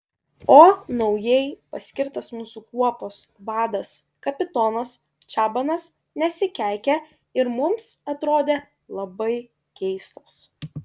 o naujai paskirtas mūsų kuopos vadas kapitonas čabanas nesikeikė ir mums atrodė labai keistas